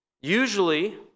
Usually